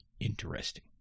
interesting